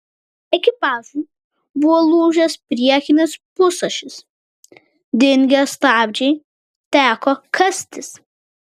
ekipažui buvo lūžęs priekinis pusašis dingę stabdžiai teko kastis